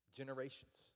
generations